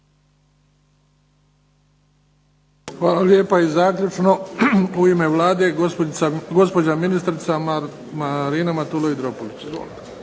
Hvala lijepa. I zaključno u ime Vlade gospođa ministrica Marina Matulović Dropulić.